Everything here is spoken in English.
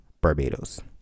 Barbados